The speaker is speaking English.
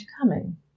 coming